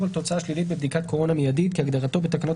על תוצאה שלילית בבדיקת קורונה מיידית" כהגדרתו בתקנות